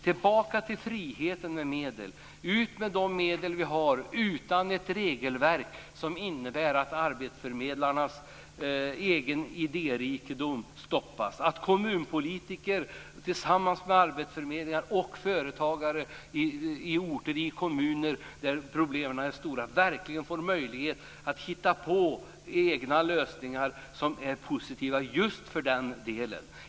Tillbaka till friheten med medel. Ut med de medel som vi har utan ett regelverk som innebär att arbetsförmedlarnas egen idérikedom stoppas, att kommunpolitiker tillsammans med arbetsförmedlarna och företagare i kommuner där problemen är stora verkligen får möjlighet att hitta på egna lösningar som är positiva för just den orten.